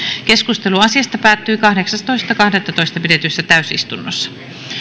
keskustelu asiasta päättyi kahdeksastoista kahdettatoista kaksituhattaseitsemäntoista pidetyssä täysistunnossa